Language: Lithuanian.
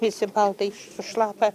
visi paltai sušlapa